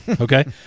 okay